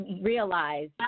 realize